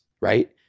right